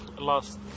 last